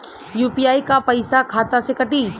UPI क पैसा खाता से कटी?